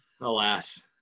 Alas